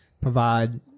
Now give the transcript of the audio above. provide